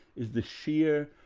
is the sheer,